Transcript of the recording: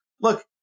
look